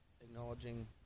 acknowledging